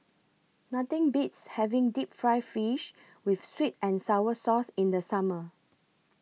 Nothing Beats having Deep Fried Fish with Sweet and Sour Sauce in The Summer